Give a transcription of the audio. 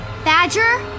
Badger